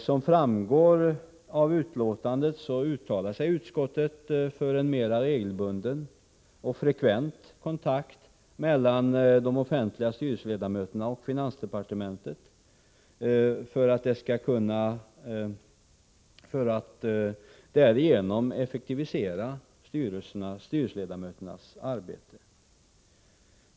Som framgår av betänkandet uttalar sig utskottet för en mer regelbunden och frekvent kontakt mellan de offentliga styrelseledamöterna och finansdepartementet, för att man därigenom skall effektivisera styrelseledamöternas arbete.